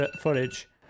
footage